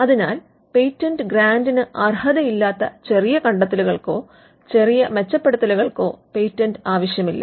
അതിനാൽ പേറ്റന്റ് ഗ്രാന്റിന് അർഹതയില്ലാത്ത ചെറിയ കണ്ടത്തെലുകൾക്കോ ചെറിയ മെച്ചപ്പെടുത്തലുകൾക്കോ പേറ്റന്റ് ആവശ്യമില്ല